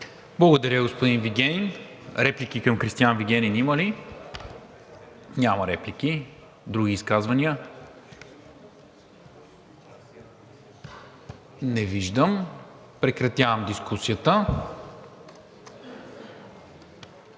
Благодаря, господин Вигенин. Реплики към Кристиан Вигенин има ли? Няма. Други изказвания? Не виждам. Прекратявам дискусията.